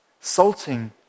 salting